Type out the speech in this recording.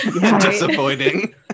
Disappointing